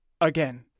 again